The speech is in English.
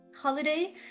holiday